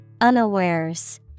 Unawares